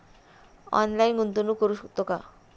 Online गुंतवणूक करू शकतो का?